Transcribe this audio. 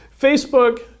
Facebook